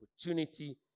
opportunity